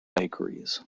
bakeries